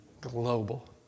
global